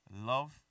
love